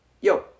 yo